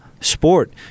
sport